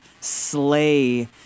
slay